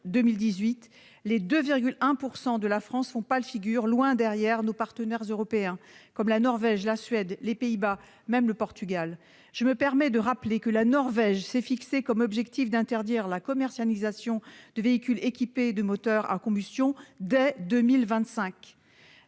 2018, les 2,1 % de la France font pâle figure, loin derrière nos partenaires européens comme la Norvège, la Suède, les Pays-Bas, le Portugal. Je me permets de rappeler que la Norvège s'est fixé comme objectif d'interdire la commercialisation de véhicules équipés de moteurs à combustion dès 2025.